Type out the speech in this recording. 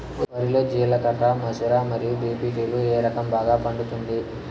వరి లో జిలకర మసూర మరియు బీ.పీ.టీ లు ఏ రకం బాగా పండుతుంది